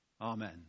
Amen